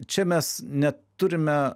čia mes neturime